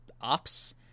ops